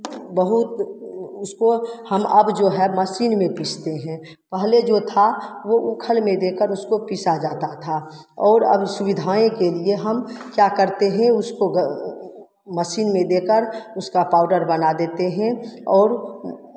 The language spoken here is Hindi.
बहुत उसको हम अब जो है मशीन में पीसते हैं पहले जो था वो ऊखल में देकर उसको पीसा जाता था और अब सुविधाएँ के लिए हम क्या करते हें उसको मशीन में देकर उसका पाउडर बना देते हैं और